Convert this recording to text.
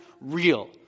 real